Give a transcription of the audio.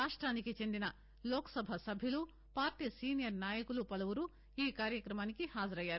రాష్టానికి చెందిన లోక సభ సభ్యులు పార్టీ సేనియర్ నాయకులు పలువురు ఈ కార్యక్రమానికి హాజరయ్యారు